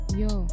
yo